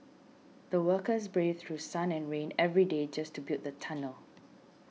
the workers braved through sun and rain every day just to build the tunnel